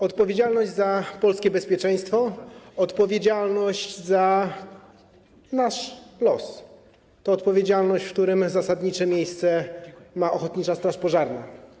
Odpowiedzialność za polskie bezpieczeństwo, odpowiedzialność za nasz los to odpowiedzialność, w której zasadnicze miejsce ma ochotnicza straż pożarna.